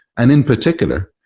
and in particular,